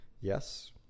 Yes